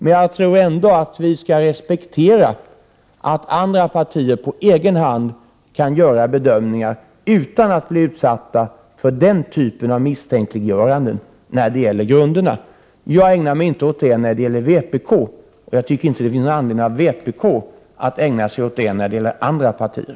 Men jag tror att vi skall respektera att andra partier på egen hand kan göra bedömningar utan att bli utsatta för den typen av misstänkliggöranden när det gäller grunderna. Jag ägnar mig inte åt det när det gäller vpk. Jag tycker inte att det finns anledning för vpk att ägna sig åt det när det gäller andra partier.